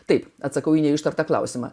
taip atsakau į neištartą klausimą